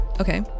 Okay